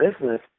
business